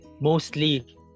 mostly